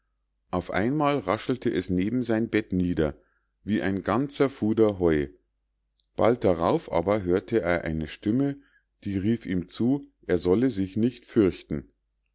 auf einmal raschelte es neben sein bett nieder wie ein ganzes fuder heu bald darauf aber hörte er eine stimme die rief ihm zu er solle sich nicht fürchten